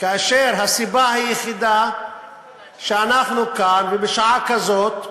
והסיבה היחידה שאנחנו כאן בשעה כזאת,